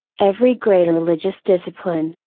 every great religious discipline,